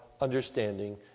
understanding